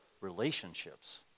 relationships